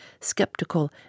skeptical